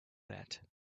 that